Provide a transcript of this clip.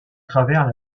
travers